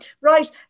Right